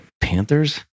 Panthers